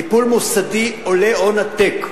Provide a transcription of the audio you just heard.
טיפול מוסדי עולה הון עתק,